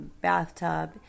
bathtub